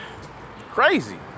Crazy